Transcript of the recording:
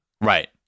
Right